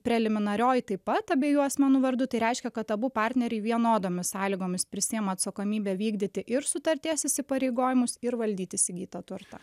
preliminarioji taip pat abiejų asmenų vardu tai reiškia kad abu partneriai vienodomis sąlygomis prisiima atsakomybę vykdyti ir sutarties įsipareigojimus ir valdyt įsigytą turtą